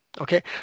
Okay